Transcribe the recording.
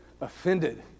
offended